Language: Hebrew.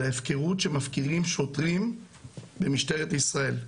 זה ההפקרות שמפקירים שוטרים במשטרת ישראל.